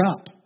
up